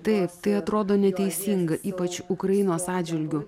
taip tai atrodo neteisinga ypač ukrainos atžvilgiu